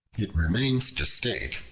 it remains to state,